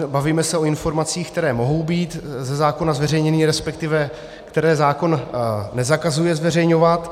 Bavíme se o informacích, které mohou být ze zákona zveřejněny, resp. které zákon nezakazuje zveřejňovat.